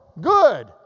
Good